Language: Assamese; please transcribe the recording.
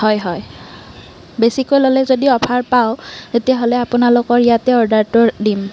হয় হয় বেছিকৈ ল'লে যদি অফাৰ পাও তেতিয়াহ'লে আপোনালোকৰ ইয়াতে অৰ্ডাৰটো দিম